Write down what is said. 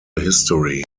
history